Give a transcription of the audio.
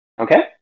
Okay